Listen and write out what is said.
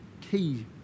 key